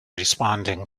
responding